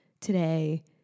today